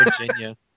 Virginia